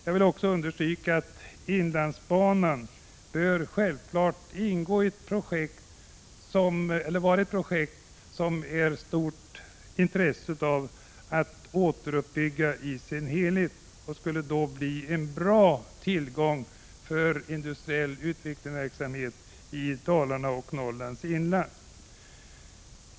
Jag vill också understryka att inlandsbanan självfallet är ett projekt som är av stort intresse och bör återuppbyggas i sin helhet. Den skulle då bli en bra tillgång för industriell utvecklingsverksamhet i Dalarna och Norrlands inland.